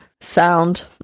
Sound